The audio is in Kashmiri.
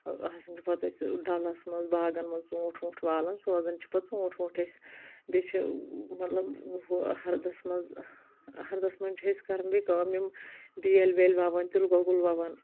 آسان چھ پتہٕ ٲسۍ ڈلس منٛز باغن منٛز ژوٗنٛٹھۍ ووٗنٛٹھۍ والان سوزان چھِ پتہٕ ژوٗنٛٹھۍ ووٗنٛٹھی أسۍ بیٚیہِ چھِ مطلب ہُہ ہردس منٛز ہردس منٛز چھِ أسۍ کران بیٚیہِ کٲم یِم بیٲلۍ ویٲلۍ ووان تِل گۄگُل ووان